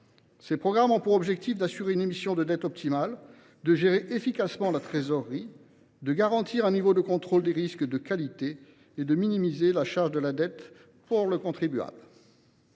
d’atteindre quatre objectifs : assurer une émission de dette optimale ; gérer efficacement la trésorerie ; garantir un niveau de contrôle des risques de qualité ; enfin, minimiser la charge de la dette pour le contribuable.